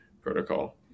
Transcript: protocol